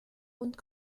und